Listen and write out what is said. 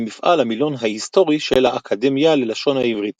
במפעל המילון ההיסטורי של האקדמיה ללשון העברית